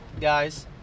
guys